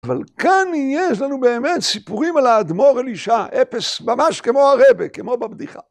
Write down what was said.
אבל כאן יש לנו באמת סיפורים על האדמו"ר אלישע, אפעס, ממש כמו הרבה, כמו בבדיחה.